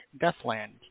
Deathland